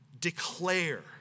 declare